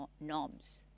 norms